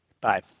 Bye